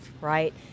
right